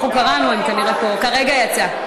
הוא כרגע יצא.